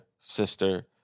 sister